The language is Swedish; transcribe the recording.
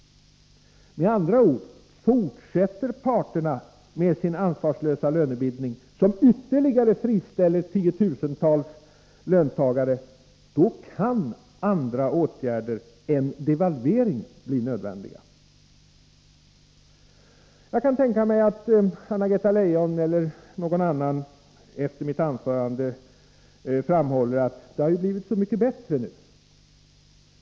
Med andra ord: Fortsätter parterna med sin ansvarslösa lönebildning, som ytterligare friställer 10 000-tals löntagare, kan andra åtgärder än devalvering bli nödvändiga. Jag kan tänka mig att Anna-Greta Leijon eller någon annan påpekar efter mitt anförande att det har blivit bättre.